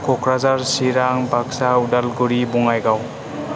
Kokrajhar Chirang Baksa Udalguri Bongaigaon